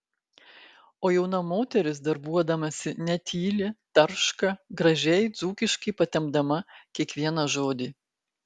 o jauna moteris darbuodamasi netyli tarška gražiai dzūkiškai patempdama kiekvieną žodį